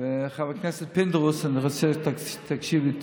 חבר הכנסת פינדרוס, אני רוצה שתקשיב לי טוב,